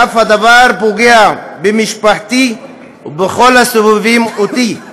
והדבר אף פוגע במשפחתי ובכל הסובבים אותי.